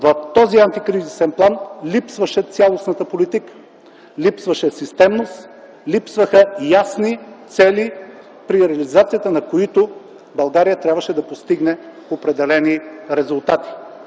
В този антикризисен план липсваше цялостна политика, липсваше системност, липсваха ясни цели, при реализацията на които България трябваше да постигне определени резултати.